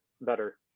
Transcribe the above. better